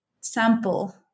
sample